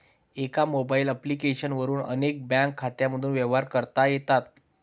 एका mobile application वरून अनेक बँक खात्यांमधून व्यवहार करता येतात